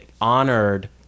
honored